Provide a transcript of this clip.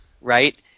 right